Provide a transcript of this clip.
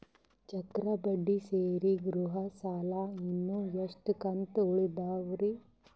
ಚಕ್ರ ಬಡ್ಡಿ ಸೇರಿ ಗೃಹ ಸಾಲ ಇನ್ನು ಎಷ್ಟ ಕಂತ ಉಳಿದಾವರಿ?